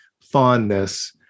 fondness